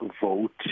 vote